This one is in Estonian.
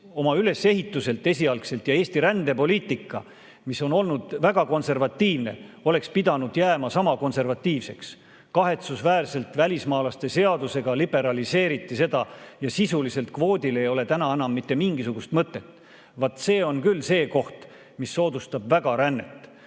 ülesehituselt [konservatiivne], ja Eesti rändepoliitika, mis on olnud väga konservatiivne, oleks pidanud jääma sama konservatiivseks. Kahetsusväärselt välismaalaste seadusega liberaliseeriti seda ja sisuliselt kvoodil ei ole täna enam mitte mingisugust mõtet. Vaat see on küll see koht, mis väga soodustab erineval